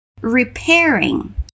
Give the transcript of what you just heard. repairing